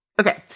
okay